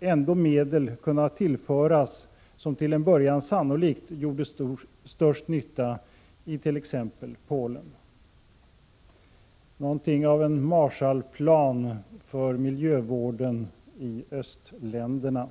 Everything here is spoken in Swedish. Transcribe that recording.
ändå medel kunna tillföras, som till en början sannolikt skulle göra stor nytta i t.ex. Polen — någonting av en Marshallplan för miljövården i östländerna.